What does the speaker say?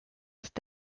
ist